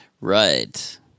Right